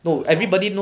the sound